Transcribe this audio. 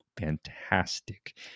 fantastic